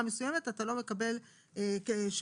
זאת המשכיות של מתן